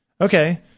Okay